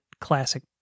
classic